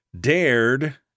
dared